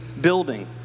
building